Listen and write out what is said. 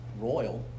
royal